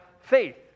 faith